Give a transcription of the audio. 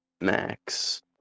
max